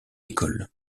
école